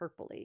purpley